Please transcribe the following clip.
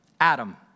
Adam